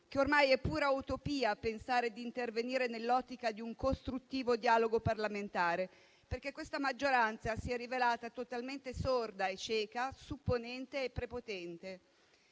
che ormai è pura utopia pensare di intervenire nell'ottica di un costruttivo dialogo parlamentare, perché questa maggioranza si è rivelata totalmente sorda e cieca, supponente e prepotente.